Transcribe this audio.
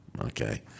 Okay